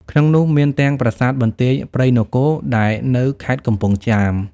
ក្នុងនោះ មានទាំងប្រាសាទបន្ទាយព្រៃនគរ ដែលនៅខេត្តកំពង់ចាម។